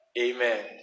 Amen